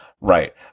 Right